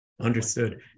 Understood